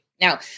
Now